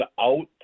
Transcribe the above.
out